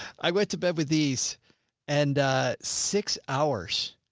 i went to bed with these and a six hours.